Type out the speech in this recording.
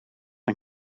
een